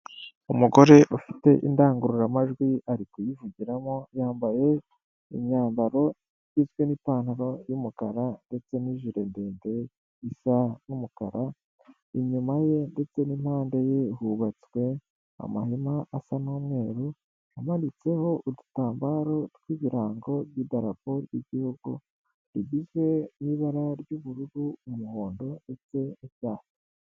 Umugore ufite indangururamajwi arikuyivugiramo, yambaye imyambaro igizwe n'ipantaro y'umukara ndetse n'ijire ndende isa n'umukara, inyuma ye ndetse n'impande ye hubatswe amahema asa n'umweru amanitseho udutambaro tw'ibirango by'idarapo ry'igihugu rigizwe n'ibara ry'ubururu, umuhondo, ndetse icyatsi.